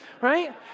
Right